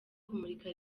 kumurika